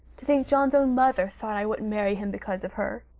to think john's own mother thought i wouldn't marry him because of her!